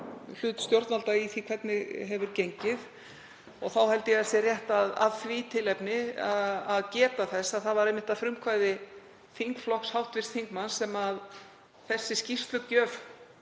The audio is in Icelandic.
hlut stjórnvalda í því hvernig hefur gengið. Þá held ég að sé rétt af því tilefni að geta þess að það var einmitt að frumkvæði þingflokks hv. þingmanns sem þessi skýrslugjöf